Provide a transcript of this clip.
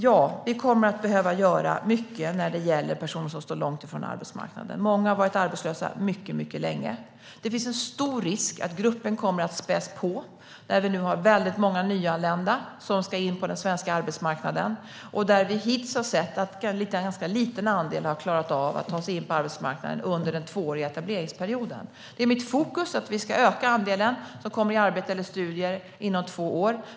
Ja, vi kommer att behöva göra mycket när det gäller personer som står långt ifrån arbetsmarknaden. Många har varit arbetslösa mycket länge. Det finns en stor risk att gruppen kommer att späs på när vi nu har väldigt många nyanlända som ska in på den svenska arbetsmarknaden. Vi har hittills sett att en ganska liten andel har klarat av att ta sig in på arbetsmarknaden under den tvååriga etableringsperioden. Det är mitt fokus att vi ska öka andelen som kommer i arbete eller studier inom två år.